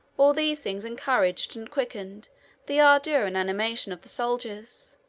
all these things encouraged and quickened the ardor and animation of the soldiers.